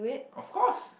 of course